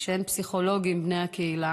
כשאין מספיק פסיכולוגים בני הקהילה,